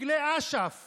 דגלי אש"ף